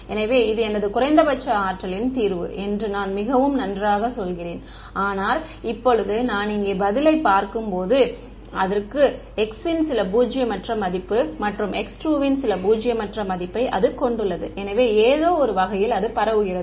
எனவே இது எனது குறைந்தபட்ச ஆற்றலின் தீர்வு என்று நான் மிகவும் நன்றாக சொல்கிறேன் ஆனால் இப்போது நான் இங்கே பதிலைப் பார்க்கும்போது அதற்கு x1 ன் சில பூஜ்ஜியமற்ற மதிப்பு மற்றும் x2 ன் சில பூஜ்ஜியமற்ற மதிப்பை அது கொண்டுள்ளது எனவே ஏதோ ஒரு வகையில் அது பரவுகிறது